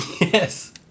Yes